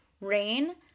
rain